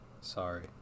Sorry